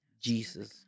Jesus